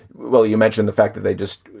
well, you mentioned the fact that they just